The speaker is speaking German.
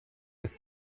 ist